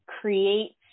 creates